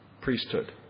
priesthood